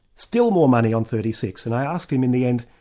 still more money on thirty six. and i asked him in the end,